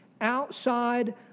outside